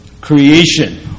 creation